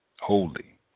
holy